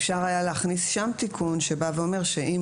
אפשר היה להכניס שם תיקון שבא ואומר שאם